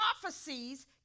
prophecies